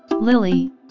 Lily